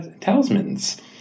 talismans